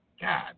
God